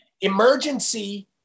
Emergency